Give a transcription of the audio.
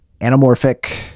anamorphic